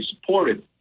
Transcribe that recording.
supported